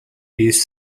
east